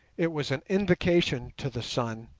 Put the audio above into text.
it was an invocation to the sun,